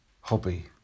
hobby